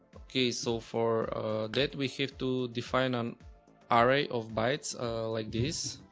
okay, so for that we have to define an array of bytes like this